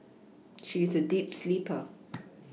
she is a deep sleeper